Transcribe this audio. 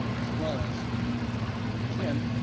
ah as well as doing again,